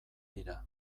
dira